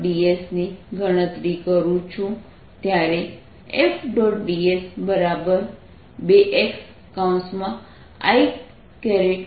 dS ની ગણતરી કરું છું ત્યારે F